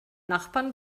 nachbarn